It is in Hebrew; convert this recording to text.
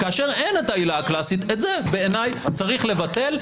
כאשר אין העילה הקלאסית, את זה בעיניי צריך לבטל.